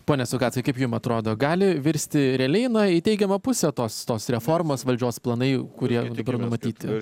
pone sukackai kaip jum atrodo gali virsti realiai na į teigiamą pusę tos tos reformos valdžios planai kurie dabar numatyti